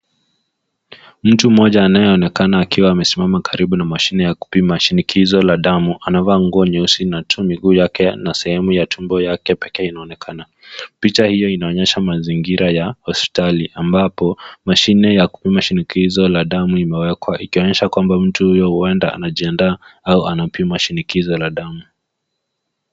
Mtu mmoja anayeonekana akiwa amesimama karibu na mashine ya kupima mashinikizo la damu. Anavaa nguo nyeusi na tu miguu yake na sehemu ya tumbo yake pekee inaonekana. Picha hiyo inaonyesha mazingira ya hospitali ambapo mashine ya mashinikizo la damu imewekwa ikionyesha kwamba mtu huyo huenda anajiandaa au anapima shinikizo la damu.